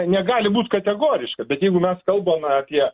negali būt kategoriška bet jeigu mes kalbame apie